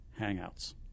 hangouts